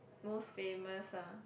most famous ah